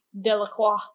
Delacroix